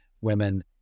women